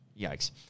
yikes